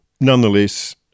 nonetheless